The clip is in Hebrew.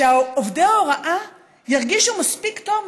שעובדי ההוראה ירגישו מספיק טוב,